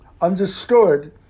understood